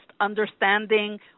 understanding